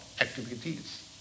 activities